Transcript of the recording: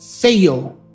fail